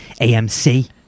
AMC